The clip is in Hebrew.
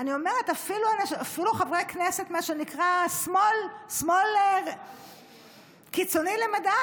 אני אומרת שאפילו חברי כנסת שהם מה שנקרא שמאל קיצוני למדי,